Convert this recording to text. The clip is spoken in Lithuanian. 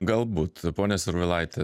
galbūt ponia servilaite